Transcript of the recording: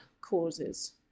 causes